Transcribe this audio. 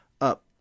Up